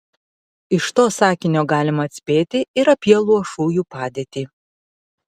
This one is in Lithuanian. iš to sakinio galima atspėti ir apie luošųjų padėtį